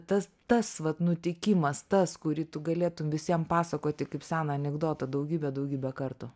tas tas vat nutikimas tas kurį tu galėtum visiem pasakoti kaip seną anekdotą daugybę daugybę kartų